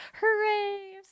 hooray